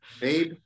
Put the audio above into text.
Babe